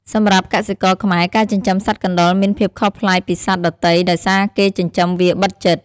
សម្រាប់់កសិករខ្មែរ ការចិញ្ចឹមសត្វកណ្តុរមានភាពខុសប្លែកពីសត្វដទៃដោយសារគេចិញ្ចឹមវាបិទជិត។